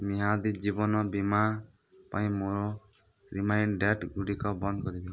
ମିଆଦୀ ଜୀବନ ବୀମା ପାଇଁ ମୋ ରିମାଇଣ୍ଡ ଡ୍ୟାଟ୍ଗୁଡ଼ିକ ବନ୍ଦ କରିଦିଅ